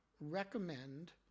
recommend